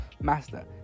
Master